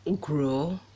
grow